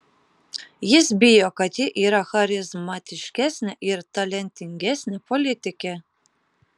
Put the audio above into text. jis bijo kad ji yra charizmatiškesnė ir talentingesnė politikė